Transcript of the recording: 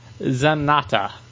Zanata